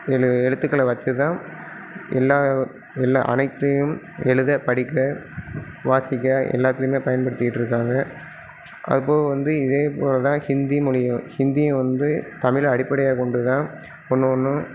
ஏழு எழுத்துக்களை வச்சு தான் எல்லா எல்லா அனைத்தையும் எழுத படிக்க வாசிக்க எல்லாத்துலேயுமே பயன்படுத்திக்கிட்டிருக்காங்க அது போக வந்து இதே போல் தான் ஹிந்தி மொழியும் ஹிந்தியும் வந்து தமிழை அடிப்படையாக கொண்டுதான் ஒன்று ஒன்றும்